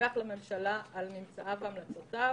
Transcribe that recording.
לדווח לממשלה על ממצאיו והמלצותיו,